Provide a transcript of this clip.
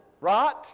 right